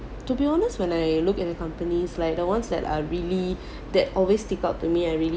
to be honest when I look at the companies like the ones that are really that always stick out to me are really